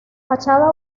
fachada